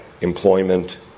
employment